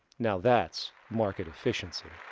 now that's market efficiency.